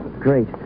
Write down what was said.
Great